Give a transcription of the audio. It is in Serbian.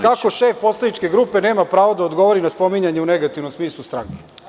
Kako šef poslaničke grupe nema pravo da odgovori na spominjanje u negativnom smislu stranke?